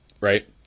right